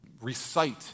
recite